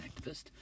activist